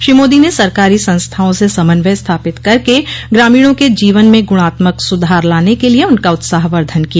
श्रो मोदी ने सरकारी संस्थाओं से समन्वय स्थापित करके ग्रामीणों के जीवन म गुणात्मक सुधार लाने के लिए उनका उत्साहवर्धन किया